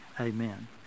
amen